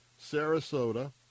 Sarasota